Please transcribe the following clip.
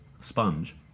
sponge